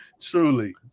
truly